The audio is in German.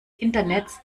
internets